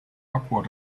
awkward